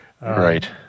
Right